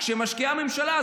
כשהממשלה משקיעה,